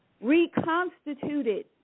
reconstituted